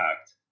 act